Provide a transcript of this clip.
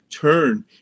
turn